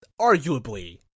Arguably